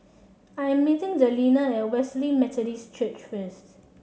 I am meeting Delina at Wesley Methodist Church first